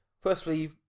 firstly